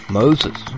moses